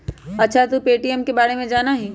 अच्छा तू पे.टी.एम के बारे में जाना हीं?